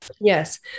Yes